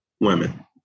women